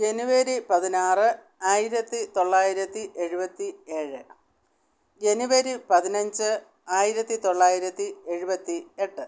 ജെനുവരി പതിനാറ് ആയിരത്തി തൊള്ളായിരത്തി എഴുപത്തി ഏഴ് ജെനുവരി പതിനഞ്ച് ആയിരത്തി തൊള്ളായിരത്തി എഴുപത്തി എട്ട്